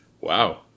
Wow